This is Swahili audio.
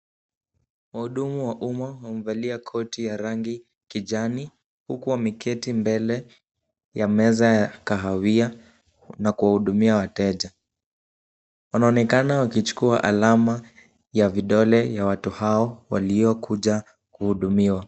Wahudumu wa huma, wamevalia kote ya rangi kijani huko wameketi mbele ya meza ya kahawia na kwa hudumia wateja, wanaonekana wakichukua alama ya vidole ya watu hao waliokuja kuhudumiwa.